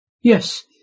Yes